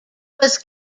was